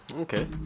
okay